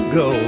go